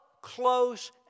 close